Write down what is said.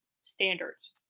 standards